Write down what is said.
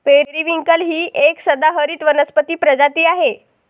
periwinkle ही एक सदाहरित वनस्पती प्रजाती आहे